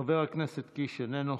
חבר הכנסת קיש, איננו.